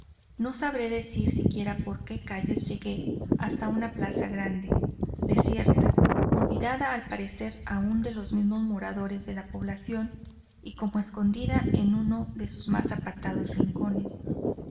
no sabré decir siquiera por qué calles llegué hasta una plaza grande desierta olvidada al parecer aun de los mismos moradores de la población y como escondida en uno de sus más apartados rincones